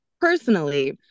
personally